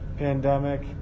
pandemic